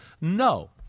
No